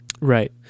right